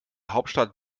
hauptstadt